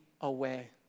away